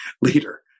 leader